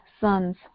sons